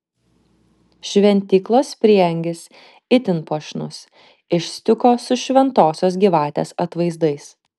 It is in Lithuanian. šventyklos prieangis itin puošnus iš stiuko su šventosios gyvatės atvaizdais